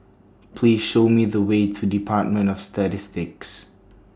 Please Show Me The Way to department of Statistics